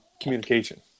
Communication